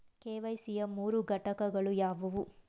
KYC ಯ ಮೂರು ಘಟಕಗಳು ಯಾವುವು?